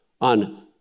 on